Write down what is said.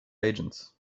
agents